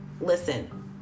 Listen